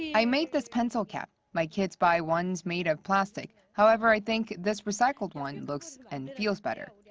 i made this pencil cap. my kids buy ones made of plastic. however, i think this recycled one looks and feels better. yeah